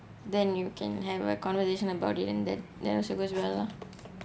then you can have a conversation about it and that then also goes well lah